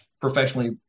professionally